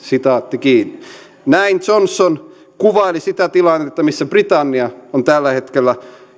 näin johnson kuvaili sitä tilannetta missä britannia on tällä hetkellä